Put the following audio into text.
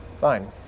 Fine